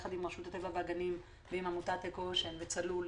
יחד עם רשות הטבע והגנים ועם עמותת אקואושן וצלול,